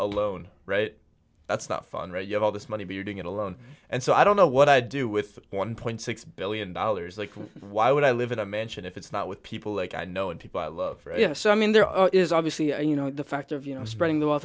alone right that's not fun right you have all this money but you're doing it alone and so i don't know what i'd do with one billion six hundred million dollars like why would i live in a mansion if it's not with people like i know and people i love so i mean there is obviously you know the factor of you know spreading the w